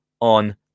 on